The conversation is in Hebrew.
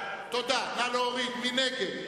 מי נגד?